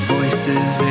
Voices